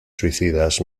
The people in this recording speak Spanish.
suicidas